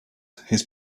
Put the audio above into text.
his